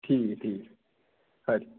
ठीक ऐ ठीक ऐ खरी